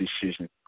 decision